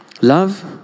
Love